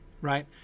right